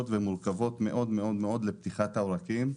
ומורכבות מאוד מאוד לפתיחת העורקים האלה,